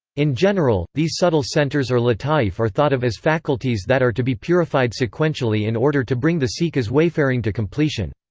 in general, these subtle centers or lata'if are thought of as faculties that are to be purified sequentially in order to bring the seeker's wayfaring to completion.